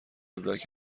وبلاگ